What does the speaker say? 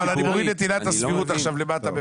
אבל אני מוריד את עילת הסבירות עכשיו למטה,